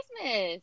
Christmas